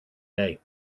day